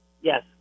Yes